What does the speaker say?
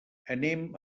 anem